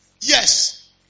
Yes